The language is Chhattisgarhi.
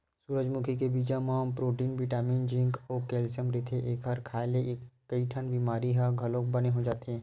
सूरजमुखी के बीजा म प्रोटीन बिटामिन जिंक अउ केल्सियम रहिथे, एखर खांए ले कइठन बिमारी ह घलो बने हो जाथे